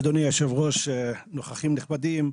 אדוני יושב הראש, נוכחים נכבדים,